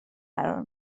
قرار